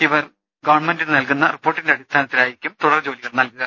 ഇവർ ഗവൺമെന്റിന് നൽകുന്ന റിപ്പോർട്ടിന്റെ അടിസ്ഥാനത്തിലായിരിക്കും തുടർ ജോലികൾ നടക്കുക